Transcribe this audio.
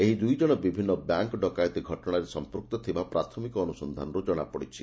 ଏହି ଦୂଇ ଜଣ ବିଭିନ୍ନ ବ୍ୟାଙ୍କ୍ ଡକାୟତି ଘଟଣାରେ ସମ୍ମକ୍ତ ଥିବା ପ୍ରାଥମିକ ଅନୁସନ୍ଧାନରୁ ଜଣାପଡ଼ିଛି